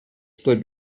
split